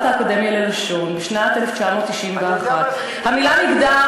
האקדמיה ללשון בשנת 1991. אני יודע מה זה "מגדרי",